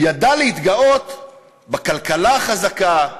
הוא ידע להתגאות בכלכלה החזקה.